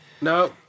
No